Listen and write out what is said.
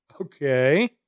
Okay